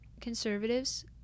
conservatives